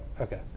Okay